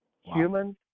humans